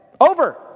Over